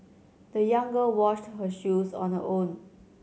the young girl washed her shoes on her own